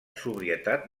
sobrietat